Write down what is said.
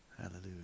Hallelujah